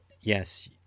yes